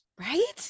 Right